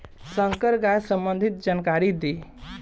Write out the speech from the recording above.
संकर गाय सबंधी जानकारी दी?